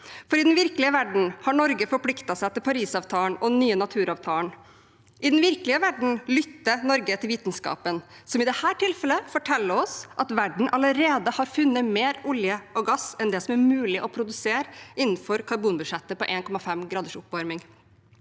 for i den virkelige verden har Norge forpliktet seg til Parisavtalen og den nye naturavtalen. I den virkelige verden lytter Norge til vitenskapen, som i dette tilfellet forteller oss at verden allerede har funnet mer olje og gass enn det som er mulig å produsere innenfor karbonbudsjettet på 1,5 graders oppvarming.